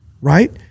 Right